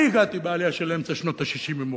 אני הגעתי בעלייה של אמצע שנות ה-60 עם הורי.